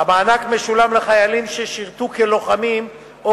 המענק המשולם לחיילים ששירתו כלוחמים או